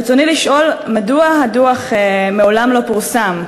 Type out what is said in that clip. רצוני לשאול: מדוע לא פורסם הדוח מעולם?